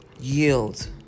Yield